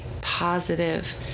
positive